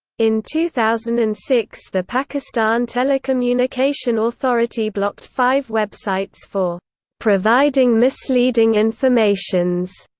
in two thousand and six the pakistan telecommunication authority blocked five websites for providing misleading informations.